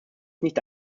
nicht